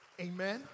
Amen